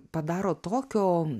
padaro tokio